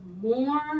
more